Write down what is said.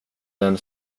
den